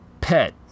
pet